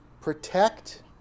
protect